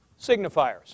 signifiers